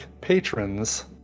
patrons